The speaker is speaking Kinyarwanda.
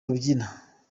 kubyina